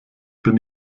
bin